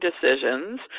decisions